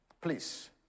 please